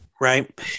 right